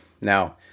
Now